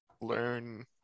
learn